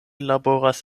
laboras